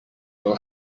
will